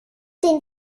den